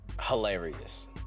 Hilarious